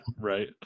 Right